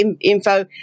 info